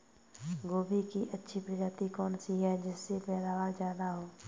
गोभी की अच्छी प्रजाति कौन सी है जिससे पैदावार ज्यादा हो?